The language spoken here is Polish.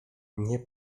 nie